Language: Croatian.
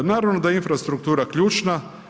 Naravno da infrastruktura ključna.